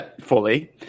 Fully